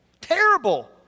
Terrible